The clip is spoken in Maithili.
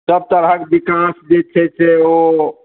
सभ तरहक विकास जे छै से ओ